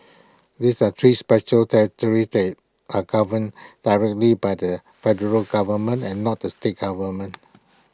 these are three special territories that are governed directly by the federal government and not the state government